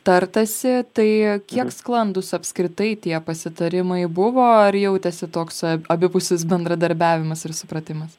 tartasi tai kiek sklandūs apskritai tie pasitarimai buvo ar jautėsi toks abipusis bendradarbiavimas ir supratimas